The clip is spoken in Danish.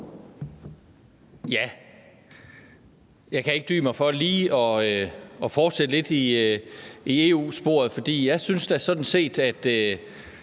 Jeg kan ikke dy mig for lige at fortsætte i EU-sporet, for jeg synes da sådan set, at